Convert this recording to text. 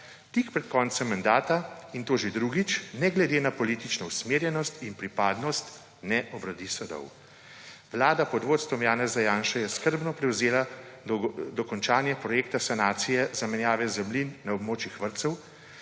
tik pred koncem mandata, in to že drugič, ne glede na politično usmerjenost in pripadnost ne obrodi sadov. Vlada pod vodstvom Janeza Janše je skrbno prevzela dokončanje projekta sanacije zamenjave zemljin na območjih vrtcev,